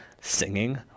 singing